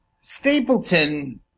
Stapleton